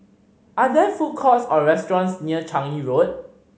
are there food courts or restaurants near Changi Road